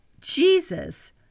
Jesus